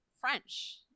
French